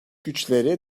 güçleri